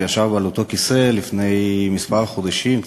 הוא ישב על אותו כיסא לפני כמה חודשים,